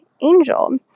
angel